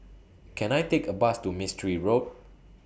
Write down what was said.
Can I Take A Bus to Mistri Road